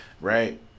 right